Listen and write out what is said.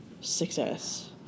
success